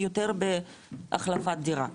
יותר בהחלפת דירה,